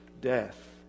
death